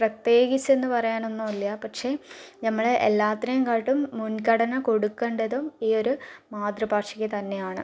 പ്രത്യേകിച്ച് എന്ന് പറയാൻ ഒന്നുമില്ല പക്ഷെ ഞമ്മള് എല്ലാത്തിനേയും കാട്ടിൽ മുൻഘടന കൊടുക്കേണ്ടതും ഈ ഒരു മാതൃഭാഷയ്ക്ക് തന്നെ ആണ്